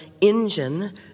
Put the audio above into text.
engine